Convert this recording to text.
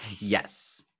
Yes